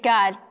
God